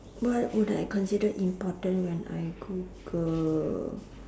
what would I consider important when I google